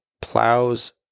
plows